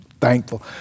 thankful